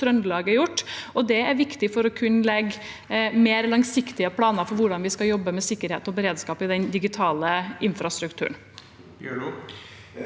Det er viktig for å kunne legge mer langsiktige planer for hvordan vi skal jobbe med sikkerhet og beredskap i den digitale infrastrukturen.